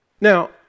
Now